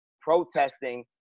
protesting